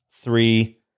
three